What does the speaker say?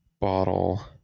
bottle